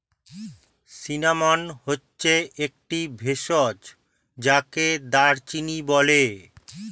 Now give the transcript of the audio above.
cinnamon হচ্ছে একটি ভেষজ যাকে দারুচিনি বলে